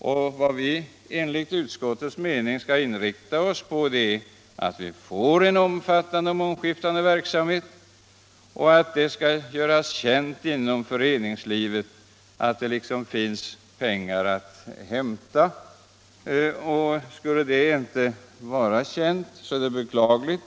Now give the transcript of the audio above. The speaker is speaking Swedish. Och vad vi enligt utskottets mening skall inrikta oss på är att vi får en omfattande och mångskiftande verksamhet och att det skall göras känt inom föreningslivet att det finns pengar att hämta. Skulle det inte vara känt, så är det beklagligt.